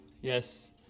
Yes